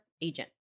agent